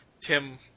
Tim